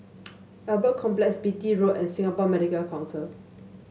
Albert Complex Beatty Road and Singapore Medical Council